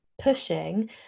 pushing